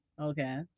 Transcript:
Okay